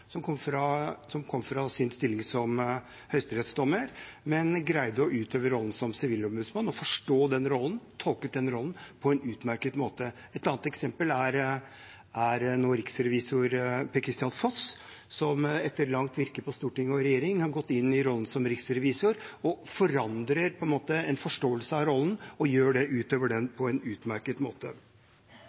som kom fra en stilling som høyesterettsdommer, men greide å utøve rollen som sivilombudsmann og forstå og tolke den rollen på en utmerket måte. Et annet eksempel er riksrevisor Per-Kristian Foss, som etter langt virke på Stortinget og i regjering har gått inn i rollen som riksrevisor, forandret forståelsen av den og utøver den på en utmerket måte. Jeg har lyst til å si at vi lever i en